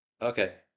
Okay